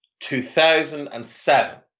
2007